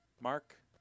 Mark